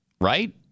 Right